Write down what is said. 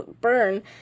burn